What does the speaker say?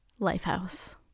Lifehouse